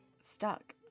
stuck